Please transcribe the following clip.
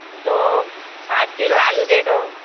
दो पाँच किलो आलू दे दो